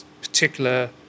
particular